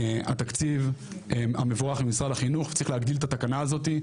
התקציב המבורך עם משרד החינוך צריך להגדיל את התקנה הזאתי,